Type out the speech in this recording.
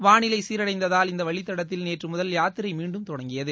வானிலை சீரடைந்ததால் இந்த வழித்தடத்தில் நேற்று முதல் யாத்திரை மீண்டும் தொடங்கியது